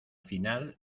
final